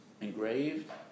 Engraved